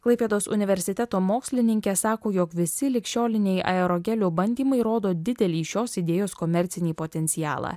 klaipėdos universiteto mokslininkė sako jog visi ligšioliniai aerogelių bandymai rodo didelį šios idėjos komercinį potencialą